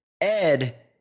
Ed